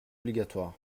obligatoires